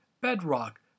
Bedrock